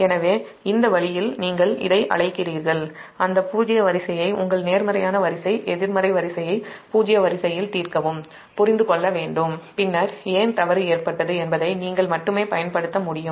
எனவே இந்த வழியில் நீங்கள் இதை அழைக்கிறீர்கள் அந்த பூஜ்ஜிய வரிசையை உங்கள் நேர்மறையான வரிசை எதிர்மறை வரிசையை பூஜ்ஜிய வரிசையில் தீர்க்கவும் புரிந்து கொள்ள வேண்டும் பின்னர் ஏன் தவறு ஏற்பட்டது என்பதை நீங்கள் மட்டுமே பயன்படுத்த முடியும்